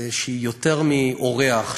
שהיא יותר מאורח,